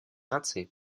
наций